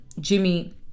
Jimmy